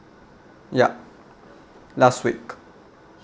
yup last week